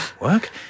work